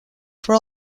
for